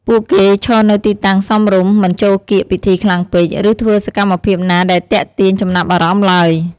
ពួកគេឈរនៅទីតាំងសមរម្យ មិនចូលកៀកពិធីខ្លាំងពេក ឬធ្វើសកម្មភាពណាដែលទាក់ទាញចំណាប់អារម្មណ៍ទ្បើយ។